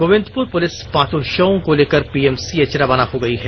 Govindpur police पांचो षवों को लेकर पीएमसीएच रवाना हो गई है